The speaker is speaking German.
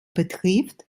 betrifft